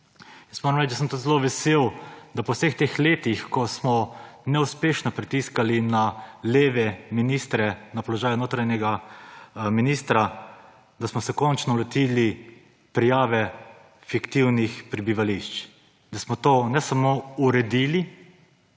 Jaz moram reči, da sem pa zelo vesel, da po vseh teh letih, ko smo neuspešno pritiskali na leve ministre na položaju notranjega ministra, da smo se končno lotili prijave fiktivnih prebivališč, da smo to ne samo uredili,